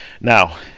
now